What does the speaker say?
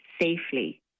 safely